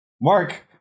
Mark